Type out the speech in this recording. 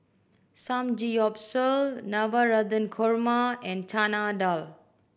Samgeyopsal Navratan Korma and Chana Dal